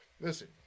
Listen